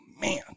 man